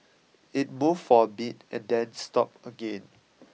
it moved for a bit and then stopped again